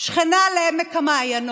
מה קרה,